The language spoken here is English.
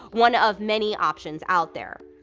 one of many options out there.